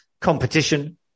competition